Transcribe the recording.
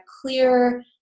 clear